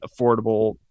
affordable